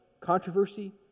controversy